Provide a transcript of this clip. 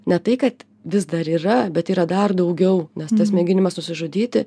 ne tai kad vis dar yra bet yra dar daugiau nes tas mėginimas nusižudyti